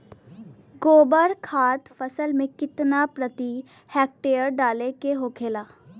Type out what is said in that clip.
गोबर खाद फसल में कितना प्रति हेक्टेयर डाले के होखेला?